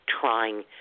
trying